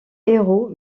héros